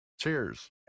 Cheers